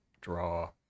Draw